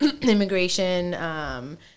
immigration